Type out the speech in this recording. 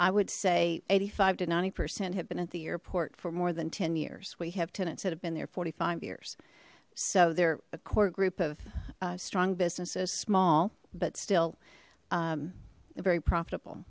i would say eighty five to ninety percent have been at the airport for more than ten years we have tenants that have been there forty five years so they're a core group of strong businesses small but still very profitable